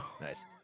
Nice